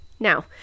Now